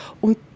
Und